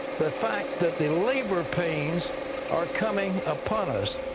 the fact that the labor pains are coming upon us.